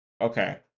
Okay